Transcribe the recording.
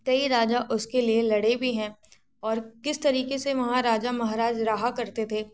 कई राजा उसके लिए लड़े भी हैं और किस तरीक़े से वहाँ राजा महाराजा रहा करते थे